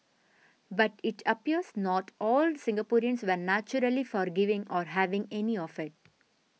but it appears not all Singaporeans were naturally forgiving or having any of it